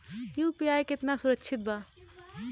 UPI कितना सुरक्षित बा?